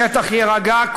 השטח יירגע,